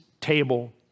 table